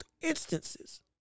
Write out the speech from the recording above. instances